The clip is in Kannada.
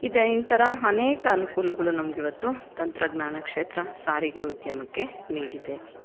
ಇದೇ ಈ ಥರ ಅನೇಕ ಅನುಕೂಲಗಳು ನಮಗೆ ಇವತ್ತು ತಂತ್ರಜ್ಞಾನ ಕ್ಷೇತ್ರ ಸಾರಿಗೆ ಉದ್ಯಮಕ್ಕೆ ನೀಡಿದೆ